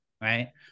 right